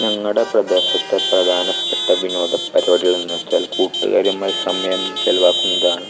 ഞങ്ങളുടെ പ്രദേശത്തെ പ്രധാനപ്പെട്ട വിനോദ പരിപാടികൾ എന്ന് വച്ചാൽ കൂട്ടുകാരുമായി സമയം ചെലവാക്കുന്നതാണ്